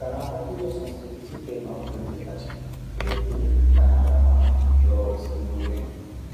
कनाडा कि ज्वो संस्कृति चि तेमां विविधता छिन। किले कि कनाडा मां यूरोप से भि लोग एन,